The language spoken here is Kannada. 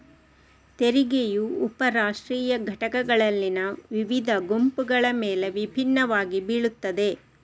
ತೆರಿಗೆಯು ಉಪ ರಾಷ್ಟ್ರೀಯ ಘಟಕಗಳಲ್ಲಿನ ವಿವಿಧ ಗುಂಪುಗಳ ಮೇಲೆ ವಿಭಿನ್ನವಾಗಿ ಬೀಳುತ್ತದೆ